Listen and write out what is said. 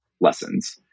lessons